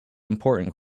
important